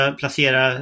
placera